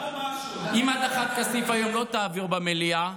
אם הדחת כסיף לא תעבור היום במליאה,